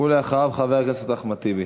ואחריו, חבר הכנסת אחמד טיבי.